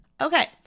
Okay